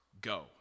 go